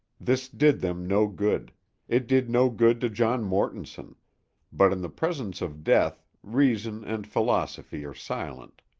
this did them no good it did no good to john mortonson but in the presence of death reason and philosophy are silent.